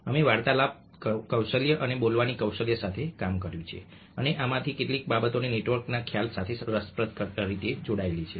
અમે વાર્તાલાપ કૌશલ્ય અને બોલવાની કૌશલ્ય સાથે કામ કર્યું છે અને આમાંની કેટલીક બાબતો નેટવર્કના ખ્યાલ સાથે રસપ્રદ રીતે જોડાયેલી છે